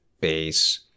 bass